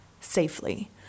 safely